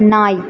நாய்